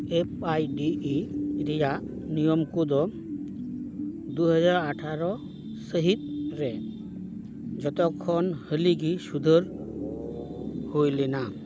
F I D ᱤ ᱨᱮᱭᱟᱜ ᱱᱤᱭᱚᱢ ᱠᱚᱫᱚ ᱫᱩ ᱦᱟᱡᱟᱨ ᱟᱴᱷᱟᱨᱳ ᱥᱟᱹᱦᱤᱛ ᱨᱮ ᱡᱚᱛᱚᱠᱷᱚᱱ ᱦᱟᱹᱞᱤᱜᱮ ᱥᱩᱫᱷᱟᱹᱨ ᱦᱩᱭ ᱞᱮᱱᱟ